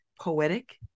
poetic